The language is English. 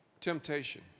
temptation